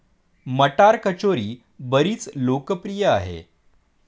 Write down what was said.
मटार कचोरी बरीच लोकप्रिय आहे